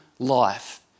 Life